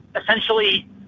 essentially